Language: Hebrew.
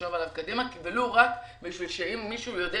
לחשוב עליו קדימה, ולו רק בשביל שאם מישהו יודע